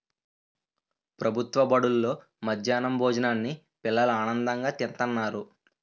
ప్రభుత్వ బడుల్లో మధ్యాహ్నం భోజనాన్ని పిల్లలు ఆనందంగా తింతన్నారు